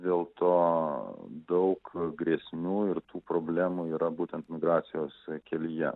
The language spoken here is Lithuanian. dėl to daug grėsmių ir tų problemų yra būtent migracijos kelyje